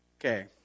Okay